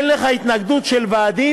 אין לך התנגדות של ועדים,